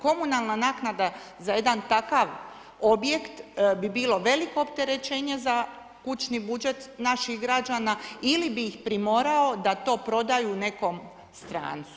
Komunalna naknada za jedan takav objekt bi bilo veliko opterećenje za kućni budžet naših građana ili bi ih primorao da to prodaju nekom strancu.